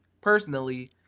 personally